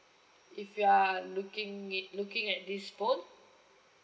if you are looking it looking at this phone